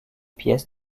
pièces